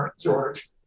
George